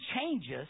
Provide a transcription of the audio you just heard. changes